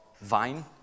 vine